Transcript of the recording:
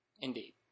Indeed